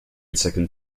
second